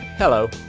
Hello